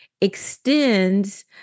extends